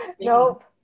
Nope